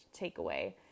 takeaway